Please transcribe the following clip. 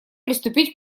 приступить